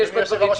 אדוני היושב-ראש,